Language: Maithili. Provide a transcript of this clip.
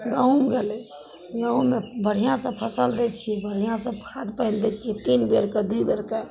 गहूॅंम भेलै गहूॅंममे बढ़िआँ से फसल दै छियै बढ़िआँ से खाद पानि दै छियै तीन बेरके दू बेरके